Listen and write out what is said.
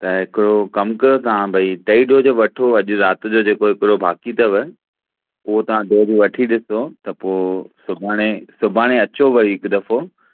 त हिकिड़ो कमु कयो तव्हां भई टई डोज वठो अॼु राति जो जेको हिकिड़ो बाक़ी अथव उहो तव्हां डोज वठी ॾिसो त पोइ सुभाणे सुभाणे अचो वरी हिकु दफ़ो